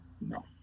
No